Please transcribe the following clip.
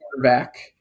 quarterback